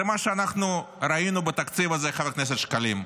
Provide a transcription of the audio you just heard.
זה מה שאנחנו ראינו בתקציב הזה, חבר הכנסת שקלים,